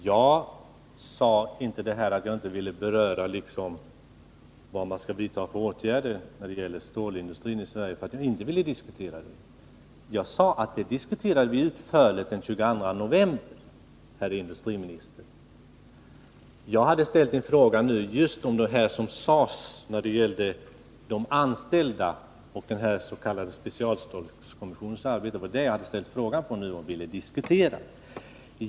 Fru talman! Jag sade inte att jag inte ville beröra det här med vilka åtgärder som skall vidtas när det gäller stålindustrin i Sverige därför att jag inte ville diskutera den frågan. Jag sade i stället att vi diskuterade den saken utförligt den 22 november, herr industriminister! Jag har framställt en fråga om vad som sagts när det gäller de anställda och den s.k. specialstålskommissionens arbete, och det är det som jag vill diskutera.